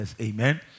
Amen